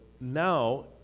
now